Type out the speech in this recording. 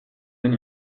den